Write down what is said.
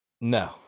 No